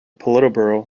politburo